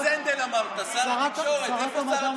שרת המדע,